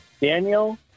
Daniel